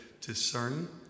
discern